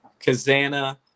Kazana